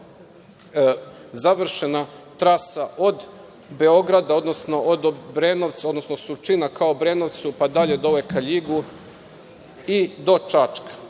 završena trasa od Beograda, odnosno od Obrenovca, odnosno Surčina ka Obrenovcu, pa dalje dole ka LJigu i do Čačka. Dve